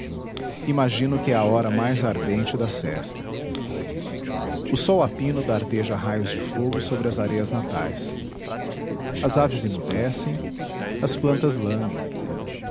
imagino que é a hora mais ardente da sesta o sol a pino dardeja raios de fogo sobre as areias natais as aves emudecem as plantas languem